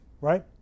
right